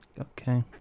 Okay